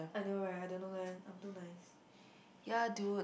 I know right I don't know leh I'm too nice